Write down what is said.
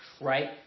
Right